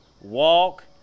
Walk